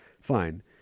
Fine